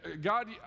God